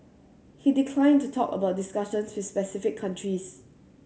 he declined to talk about discussions with specific countries